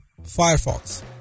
Firefox